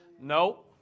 No